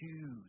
Choose